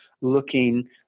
looking